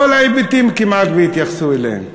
כל ההיבטים, כמעט, התייחסו אליהם.